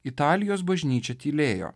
italijos bažnyčia tylėjo